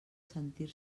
sentir